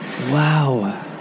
Wow